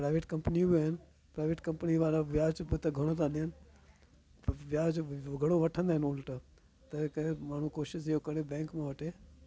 private कंपनियूं बि आहिनि प्राइवेट कंपनी वारा व्याज बि त घणो था ॾियनि त व्याज घणो वठंदा आहिनि उल्टा तंहिं करे माण्हू कोशिशि इहो करे बैंक मां वठे